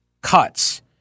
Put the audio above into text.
cuts